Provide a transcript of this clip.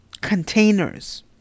Containers